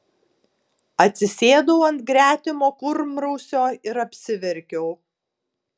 atsisėdau ant gretimo kurmrausio ir apsiverkiau